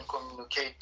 communicate